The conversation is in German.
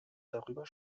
darüber